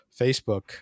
Facebook